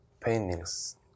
paintings